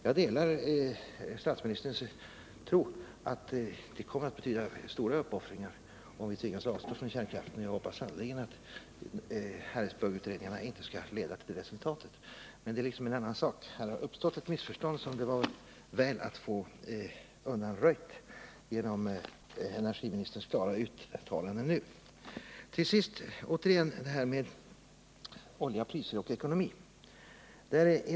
Jag delar statsministerns tro att det kommer att betyda stora uppoffringar om vi tvingas avstå från kärnkraften, och jag hoppas sannerligen att inte Harrisburgutredningarna skall leda till det resultatet, men det är en annan sak. Men här tycks ha uppstått ett missförstånd — kanske till följd av intervjun i Le Monde — som det var bra att få undanröjt genom energiministerns klara uttalanden. Till sist, återigen frågan om olja, priser och ekonomi.